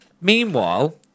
Meanwhile